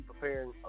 preparing